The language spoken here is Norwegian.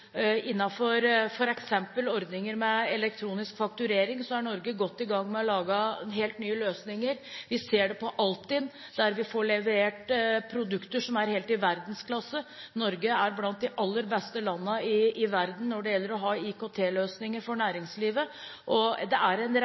ordninger med elektronisk fakturering er Norge godt i gang med å lage helt nye løsninger. Vi ser det på Altinn, der vi får levert produkter som er helt i verdensklasse. Norge er blant de aller beste landene i verden når det gjelder IKT-løsninger for næringslivet. Det er en